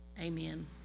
amen